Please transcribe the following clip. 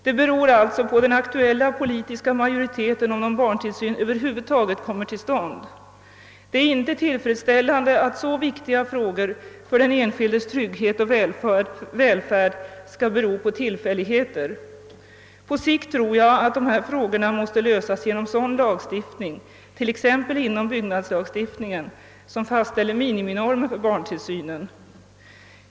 Det beror alltså på den aktuella politiska majoriteten om någon barntillsyn över huvud taget kommer till stånd. Det är inte tillfredsställande att så viktiga frågor för den enskildes trygghet och välfärd skall bero på tillfälligheter. På sikt tror jag att dessa frågor måste lösas genom sådan lagstiftning, t.ex. inom byggnadslagstiftningen, som fastställer miniminormer för barntillsynen.